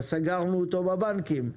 אז סגרנו אותו בבנקים.